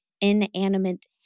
inanimate